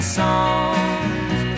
songs